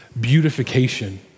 beautification